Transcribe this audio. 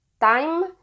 time